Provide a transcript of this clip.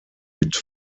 mit